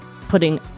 putting